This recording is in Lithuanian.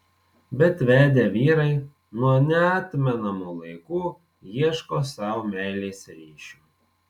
bet vedę vyrai nuo neatmenamų laikų ieško sau meilės ryšių